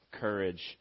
courage